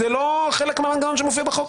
זה לא חלק מההיגיון שמופיע בחוק.